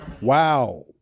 Wow